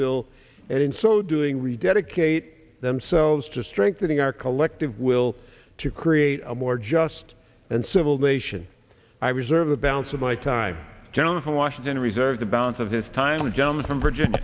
bill and in so doing we dedicate themselves to strengthening our collective will to create a more just and civil nation i reserve the balance of my time gentleman washington reserve the balance of his time a gentleman from virginia